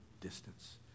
distance